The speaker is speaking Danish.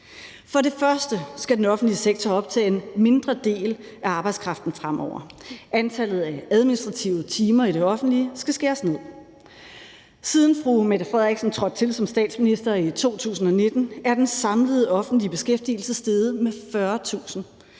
For det første skal den offentlige sektor optage en mindre del af arbejdskraften fremover. Antallet af administrative timer i det offentlige skal skæres ned. Siden fru Mette Frederiksen trådte til som statsminister i 2019 er den samlede offentlige beskæftigelse steget med 40.000.